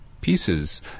pieces